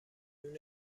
جون